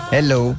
Hello